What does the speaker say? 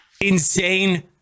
insane